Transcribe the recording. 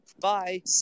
Bye